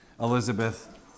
Elizabeth